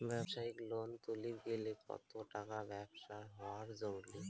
ব্যবসায়িক লোন তুলির গেলে কতো টাকার ব্যবসা হওয়া জরুরি?